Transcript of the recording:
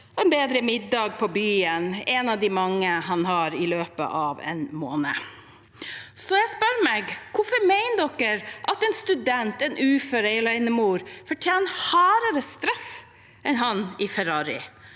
en bedre middag på byen – en av de mange han har i løpet av en måned? Jeg spør meg: Hvorfor mener man at en student, en ufør eller en alenemor fortjener hardere straff enn han i Ferrarien?